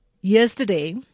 yesterday